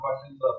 questions